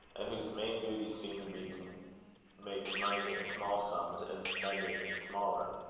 and whose main duty seemed to be to make money in small sums, and spend it in smaller.